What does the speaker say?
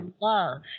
love